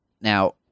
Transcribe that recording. Now